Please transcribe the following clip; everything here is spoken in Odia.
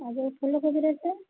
ଆଉ ଯେଉଁ ଫୁଲକୋବି ରେଟ୍ ଟା